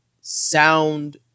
sound